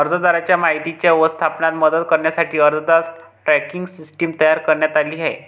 अर्जदाराच्या माहितीच्या व्यवस्थापनात मदत करण्यासाठी अर्जदार ट्रॅकिंग सिस्टीम तयार करण्यात आली आहे